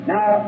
Now